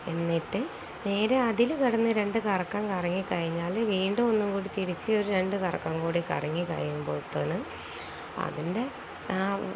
എന്നിട്ട് നേരെ അതില് കിടന്നു രണ്ടു കറക്കം കറങ്ങിക്കഴിഞ്ഞാല് വീണ്ടും ഒന്നും കൂടി തിരിച്ച് ഒരു രണ്ടു കറക്കം കൂടി കറങ്ങിക്കഴിയുമ്പോഴത്തേന് അതിൻ്റെ